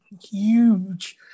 Huge